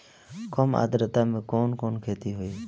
कम आद्रता में कवन कवन खेती होई?